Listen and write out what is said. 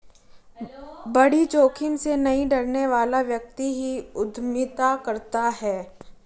बड़ी जोखिम से नहीं डरने वाला व्यक्ति ही उद्यमिता करता है